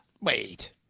Wait